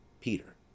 Peter